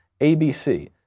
ABC